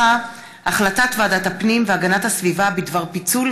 הצעת ועדת הפנים והגנת הסביבה בדבר פיצול